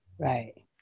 Right